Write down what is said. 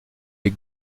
les